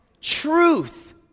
Truth